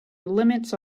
limits